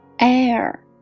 Air